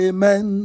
Amen